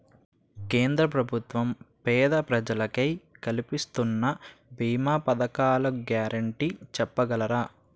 కేంద్ర ప్రభుత్వం పేద ప్రజలకై కలిపిస్తున్న భీమా పథకాల గ్యారంటీ చెప్పగలరా?